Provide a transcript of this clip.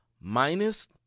minus